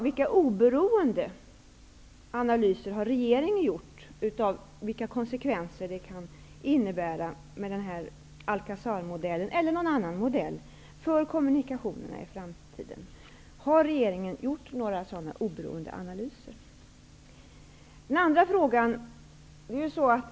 Vilka oberoende analyser har regeringen gjort av de konsekvenser som Alcazarmodellen, eller någon annan modell, kan innebära för kommunikationerna i framtiden? Har regeringen gjort några sådana oberoende analyser?